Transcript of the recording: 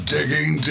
Digging